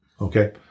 Okay